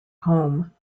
home